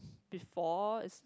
before is